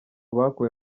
bakuwe